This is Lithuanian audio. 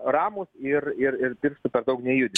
ramūs ir ir ir pirštų per daug neudint